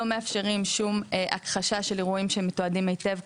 אפשרים שום הכחשה של אירועים שמתועדים היטב,